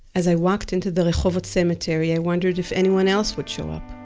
as i walked into the rehovot cemetery i wondered if anyone else would show up.